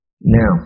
Now